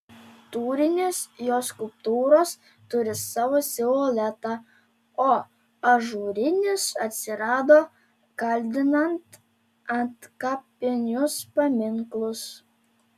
tūrinės jo skulptūros turi savo siluetą o ažūrinės atsirado kaldinant antkapinius paminklus